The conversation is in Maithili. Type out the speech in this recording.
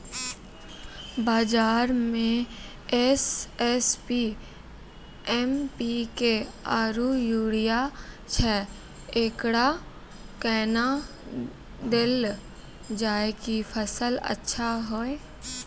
बाजार मे एस.एस.पी, एम.पी.के आरु यूरिया छैय, एकरा कैना देलल जाय कि फसल अच्छा हुये?